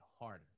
harder